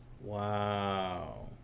Wow